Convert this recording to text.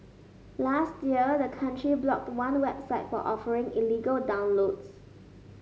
last year the country blocked one website for offering illegal downloads